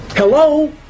Hello